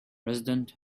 president